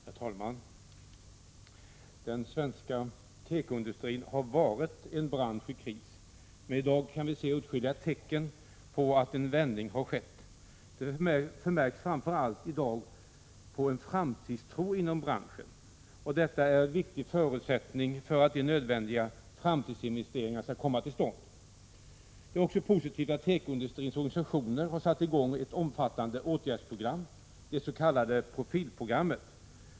Herr talman! Den svenska tekoindustrin har varit en bransch i kris, men i dag kan vi se åtskilliga tecken på att en vändning har skett. Det förmärks framför allt en framtidstro inom branschen, och detta är en viktig förutsättning för att de nödvändiga framtidsinvesteringarna skall komma till stånd. Det är också positivt att tekoindustrins organisationer har satt i gång ett omfattande åtgärdsprogram — det s.k. Profilprogrammet.